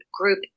group